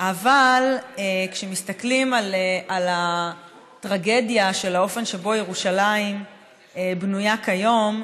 אבל כשמסתכלים על הטרגדיה של האופן שבו ירושלים בנויה כיום,